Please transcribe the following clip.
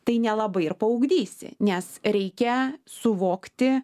tai nelabai ir paugdysi nes reikia suvokti